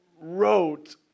wrote